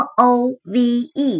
Move